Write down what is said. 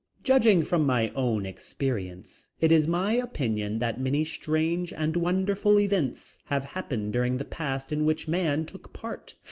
judging from my own experience it is my opinion that many strange and wonderful events have happened during the past in which man took part,